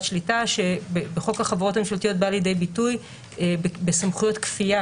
שליטה שבחוק החברות הממשלתיות בא לידי ביטוי בסמכויות כפייה